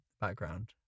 background